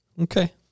Okay